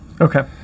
Okay